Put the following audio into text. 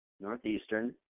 Northeastern